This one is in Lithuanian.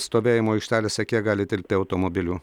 stovėjimo aikštelėse kiek gali tilpti automobilių